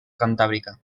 cantàbrica